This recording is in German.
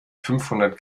fünfhundert